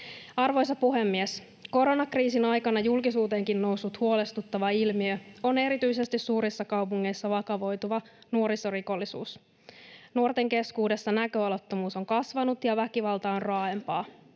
Arvoisa puhemies! Koronakriisin aikana julkisuuteenkin noussut huolestuttava ilmiö on erityisesti suurissa kaupungeissa vakavoituva nuorisorikollisuus. Nuorten keskuudessa näköalattomuus on kasvanut ja väkivalta on raaempaa.